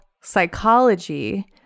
psychology